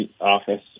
office